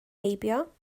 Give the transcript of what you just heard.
heibio